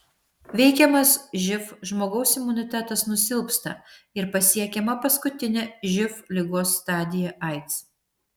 veikiamas živ žmogaus imunitetas nusilpsta ir pasiekiama paskutinė živ ligos stadija aids